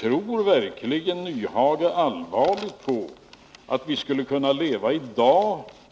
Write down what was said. Tror verkligen Hans Nyhage allvarligt på att vi i dag skulle kunna levai